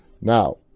Now